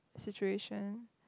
situation